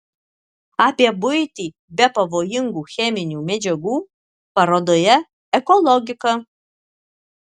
apie buitį be pavojingų cheminių medžiagų parodoje eko logika